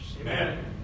Amen